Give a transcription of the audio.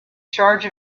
charge